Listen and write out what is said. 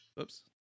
oops